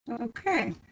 Okay